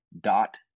dot